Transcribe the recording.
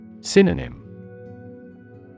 Synonym